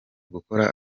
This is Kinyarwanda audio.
gukora